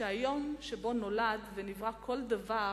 שהיום שבו נולד ונברא כל דבר